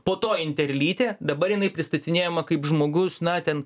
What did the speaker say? po to interlytė dabar jinai pristatinėjama kaip žmogus na ten